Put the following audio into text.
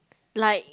like